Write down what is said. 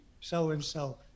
so-and-so